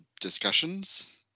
discussions